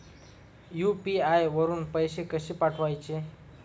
UPI वरून पैसे कसे पाठवायचे?